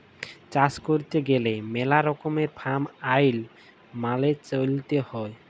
চাষ ক্যইরতে গ্যালে ম্যালা রকমের ফার্ম আইল মালে চ্যইলতে হ্যয়